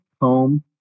home